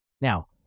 Now